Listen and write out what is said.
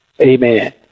amen